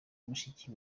mushiki